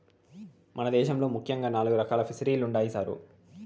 మన దేశంలో ముఖ్యంగా నాలుగు రకాలు ఫిసరీలుండాయి సారు